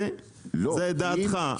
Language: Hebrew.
זו דעתך.